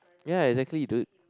ya exactly dude